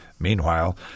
Meanwhile